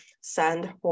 send